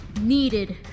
needed